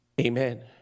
Amen